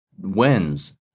wins